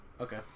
Okay